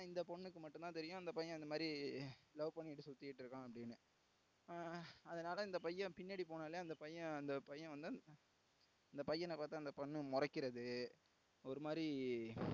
இந்த பொண்ணுக்கு மட்டும்தான் தெரியும் அந்த பையன் அந்தமாதிரி லவ் பண்ணிகிட்டு சுற்றிட்டு இருக்கான் அப்படின்னு அதனால் இந்த பையன்பின்னாடி போனாலே அந்த பையன் அந்த பையன் வந்து அந்த பையனை பார்த்து அந்த பொண்ணு முறைக்கிறது ஒரு மாதிரி